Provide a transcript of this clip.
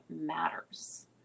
matters